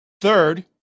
Third